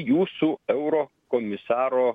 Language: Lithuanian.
jūsų euro komisaro